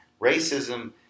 racism